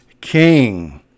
king